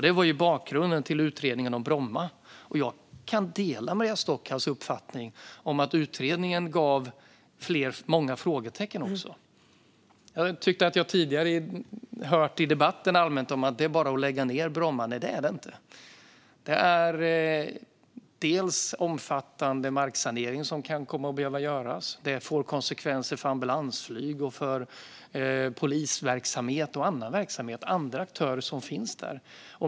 Det var bakgrunden till utredningen om Bromma. Jag kan dela Maria Stockhaus uppfattning att utredningen skapade många frågetecken. Jag tycker att jag tidigare i debatten allmänt har hört att det bara är att lägga ned Bromma, men det är det inte. Det behöver göras omfattande marksanering, vilket får konsekvenser för ambulansflyg, för polisverksamhet och för annan verksamhet och andra aktörer som finns där.